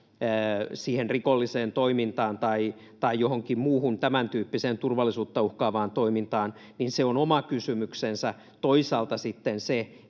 siihen rikolliseen toimintaan tai johonkin muuhun tämäntyyppiseen turvallisuutta uhkaavaan toimintaan, ja se on oma kysymyksensä. Toisaalta sitten se,